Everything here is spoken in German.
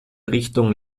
richtung